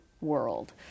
world